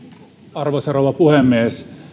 arvoisa rouva puhemies